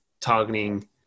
targeting